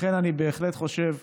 לכן אני בהחלט חושב,